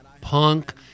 punk